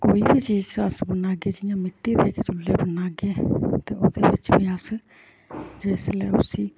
कोई बी चीज अस बनाह्गे जियां मिट्टी दे चुल्ले बनाह्गे ते ओह्दे बिच्च बी अस जिसलै उसी